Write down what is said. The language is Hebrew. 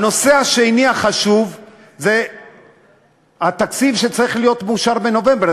הנושא השני החשוב הוא התקציב שצריך להיות מאושר בנובמבר.